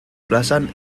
plazan